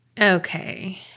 Okay